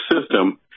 system